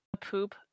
poop